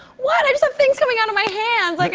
what? i just have things coming out of my hands. like